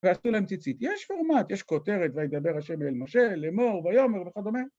ועשו להם ציצית. יש פורמט, יש כותרת, וידבר השם אל משה, לאמר, ויאמר וכדומה.